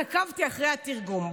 אז עקבתי אחרי התרגום.